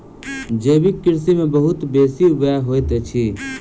जैविक कृषि में बहुत बेसी व्यय होइत अछि